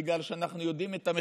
בגלל שאנחנו יודעים מה המחירים.